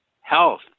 health